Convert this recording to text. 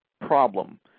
problem